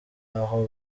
aho